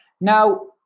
Now